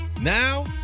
Now